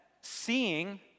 seeing